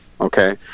Okay